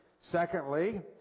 Secondly